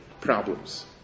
problems